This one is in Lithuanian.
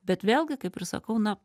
bet vėlgi kaip ir sakau na